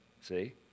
see